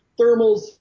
thermals